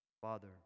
Father